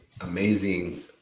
amazing